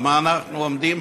על מה אנחנו עומדים?